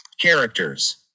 characters